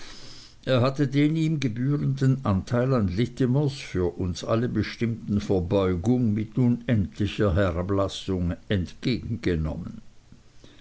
er hatte den ihm gebührenden anteil an littimers für uns alle bestimmten verbeugung mit unendlicher herablassung entgegengenommen